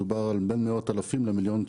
מדובר על בין מאות-אלפים למיליון,